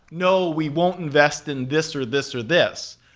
no, we won't invest in this or this or this.